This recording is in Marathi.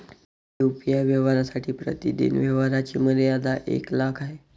यू.पी.आय व्यवहारांसाठी प्रतिदिन व्यवहारांची मर्यादा एक लाख आहे